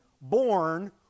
born